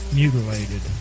mutilated